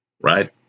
right